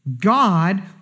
God